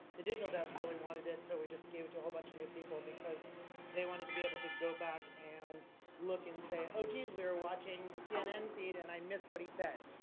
the digital desk really wanted it so we just it to a whole bunch of new people because they wanted to be able to go back and look and say, oh, geez we are watching the cnn feed and i missed what he said.